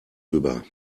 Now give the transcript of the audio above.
über